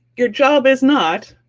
your job is not,